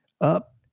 up